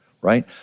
right